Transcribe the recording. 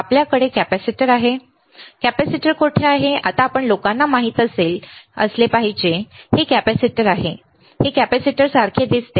आपल्याकडे कॅपेसिटर आहे कॅपेसिटर कोठे आहे आता आपण लोकांना माहित असले पाहिजे हे कॅपेसिटर आहे हे कॅपेसिटरसारखे दिसते